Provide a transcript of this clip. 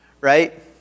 right